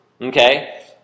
okay